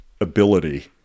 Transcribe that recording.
ability